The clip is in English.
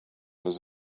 was